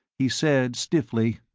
he said stiffly,